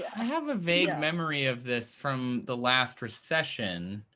have a vague memory of this from the last recession.